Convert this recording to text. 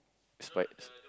it's